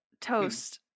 Toast